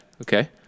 okay